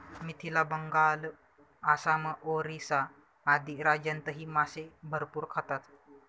मिथिला, बंगाल, आसाम, ओरिसा आदी राज्यांतही मासे भरपूर खातात